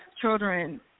children